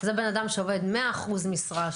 זה אדם שעובד 100 אחוז משרה,